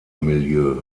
milieu